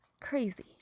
Crazy